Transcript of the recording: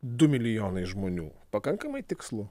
du milijonai žmonių pakankamai tikslu